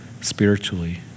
spiritually